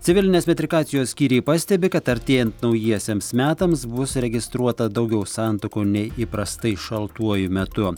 civilinės metrikacijos skyriai pastebi kad artėjant naujiesiems metams bus registruota daugiau santuokų nei įprastai šaltuoju metu